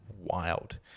wild